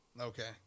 Okay